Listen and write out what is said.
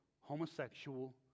homosexual